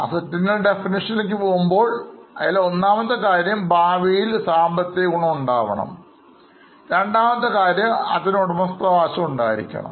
അതിൻറെ ഉടമസ്ഥാവകാശംസ്ഥാപനത്തിന് ആയിരിക്കും